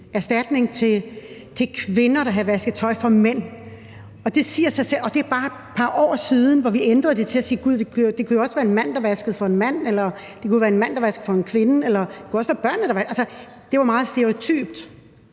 erstatning til kvinder, der havde vasket tøj for mænd. Det er bare et par år siden, hvor vi ændrede det til at sige, at det også kunne være en mand, der vaskede for en mand, eller det kunne være en mand, der vaskede for en kvinde, og det kunne også være børnene, der vaskede. Altså, det var meget stereotypt.